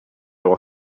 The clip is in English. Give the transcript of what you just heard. will